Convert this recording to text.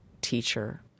teacher